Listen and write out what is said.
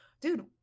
dude